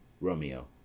Romeo